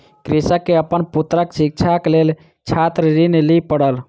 कृषक के अपन पुत्रक शिक्षाक लेल छात्र ऋण लिअ पड़ल